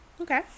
Okay